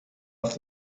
auf